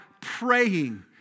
praying